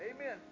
Amen